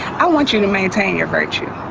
i want you to maintain your virtue.